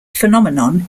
phenomenon